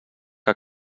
que